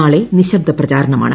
നാളെ നിശബ്ദ പ്രചാരണമാണ്